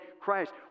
Christ